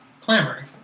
clamoring